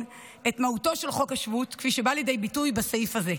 את מהותו של החוק השבות כפי שבאה לידי ביטוי בסעיף הזה: